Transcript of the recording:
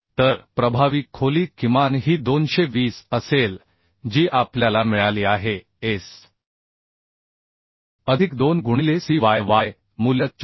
तर प्रभावी खोली किमान ही 220 असेल जी आपल्याला मिळाली आहे एस अधिक 2 गुणिले Cyy मूल्य 24